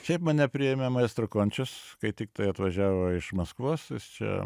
šiaip mane priėmė maestro končius kai tiktai atvažiavo iš maskvos jis čia